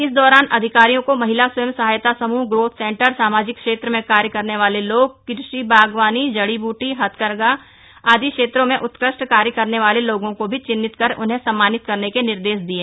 इस दौरान अधिकारियों को महिला स्वयं सहायता समूह ग्रोथ सेंटर सामाजिक क्षेत्र में कार्य करने वाले लोग कृषि बागवानी जड़ी बूटी हथकरघा आदि क्षेत्रों में उत्कृष्ट कार्य करने वाले लोगो को भी चिन्हित कर उन्हें सम्मानित करने के निर्देश दिये